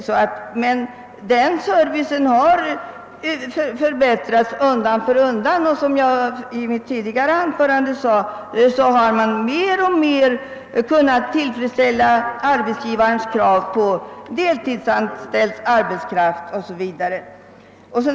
Men denna service har förbättrats undan för undan, och som jag i mitt tidigare anförande påpekade har arbetsgivarens krav på bl.a. deltidsanställd arbetskraft mer och mer kunnat tillgodoses.